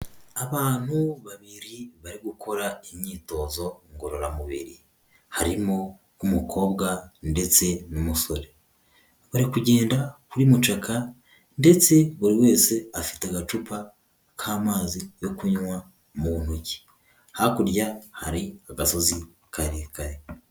Abantu babiri bari gukora imyitozo ngororamubiri harimo umukobwa ndetse n'umusore bari kugenda kuri mucaka ndetse buri wese afite agacupa k'amazi yo kunywa mu ntoki hakurya hari agasozi karekare.